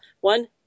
One